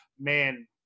Man